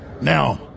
Now